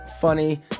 funny